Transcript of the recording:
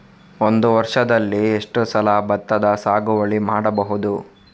ಒಂದು ವರ್ಷದಲ್ಲಿ ಎಷ್ಟು ಸಲ ಭತ್ತದ ಸಾಗುವಳಿ ಮಾಡಬಹುದು?